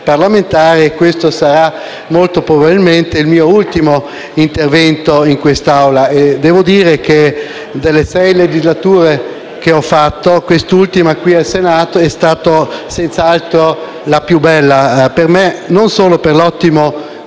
questo sarà molto probabilmente il mio ultimo intervento in quest'Aula. Devo dire che, delle sei legislature che ho fatto, quest'ultima in Senato è stata senz'altro per me la più bella per l'ottimo clima